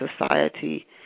society